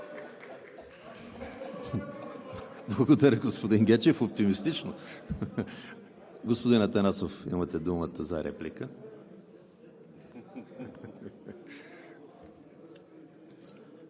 Благодаря, господин Гечев. Оптимистично. Господин Атанасов, имате думата за реплика.